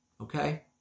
Okay